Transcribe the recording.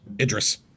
Idris